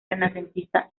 renacentista